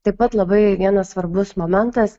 taip pat labai vienas svarbus momentas